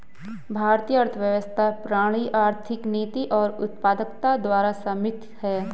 भारतीय अर्थव्यवस्था प्रणाली आर्थिक नीति और उत्पादकता द्वारा समर्थित हैं